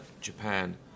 Japan